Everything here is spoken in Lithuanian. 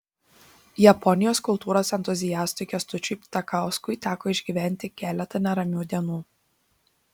japonijos kultūros entuziastui kęstučiui ptakauskui teko išgyventi keletą neramių dienų